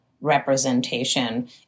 representation